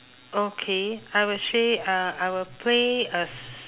okay I would say uh I would play a s~